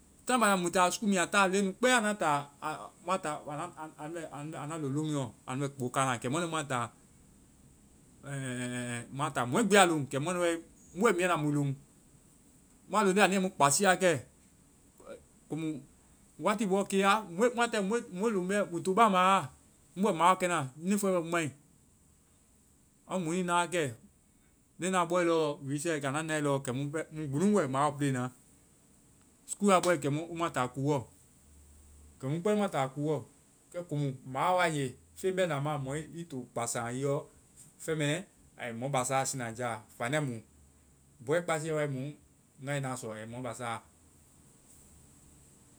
Taai mu banda mui taa school, mua taa leŋnu kpɛ anda ta-a-mua ta- anu bɛ anua loŋ loomuɛ lɔ kpokaa na. Kɛ muanu wae, mua taa-ɛ, ɛ, ɛ mua taa. Mɔɛ gbi a loŋ. Kɛ muanu wae, mu bɛ miinya na mui loŋ. Mua loŋnda, anui mu kpasii wa kɛ. Komu wáati bɔ kea-mua tae mu be loŋ bɛ. Mui to baaŋ ma wa. Mu bɛ mawɔ kɛna. Unifɔɛŋ uniform bɛ mu mai. Amu mɔnui na wa kɛ. Leŋnu a bɔɛ lɔɔ. recess kɛ mu gbi mu bɛ mawɔ play na. school a bɔe, kɛ mu kpɛ mua taa kuuɔ. Komu, mawɔ wae nge, feŋ bɛna ma, mɔ i to kpasaŋ a i yɔ, feŋ mɛ, ai mɔ basa siinja a. Faania mu! Bɔ kpassiiɛ wae mu, ngae na sɔ ai mɔ basaa.